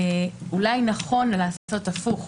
אולי נכון לעשות הפוך,